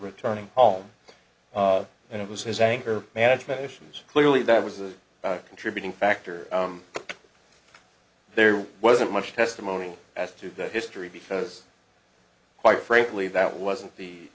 returning home and it was his anger management issues clearly that was a contributing factor there wasn't much testimony as to the history because quite frankly that wasn't the